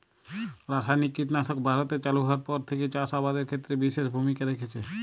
রাসায়নিক কীটনাশক ভারতে চালু হওয়ার পর থেকেই চাষ আবাদের ক্ষেত্রে বিশেষ ভূমিকা রেখেছে